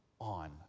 on